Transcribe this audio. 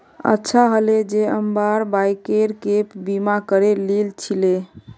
अच्छा हले जे अब्बार बाइकेर गैप बीमा करे लिल छिले